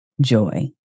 joy